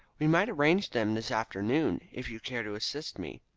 we might arrange them this afternoon, if you care to assist me.